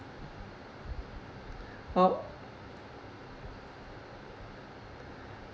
uh